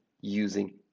using